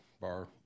bar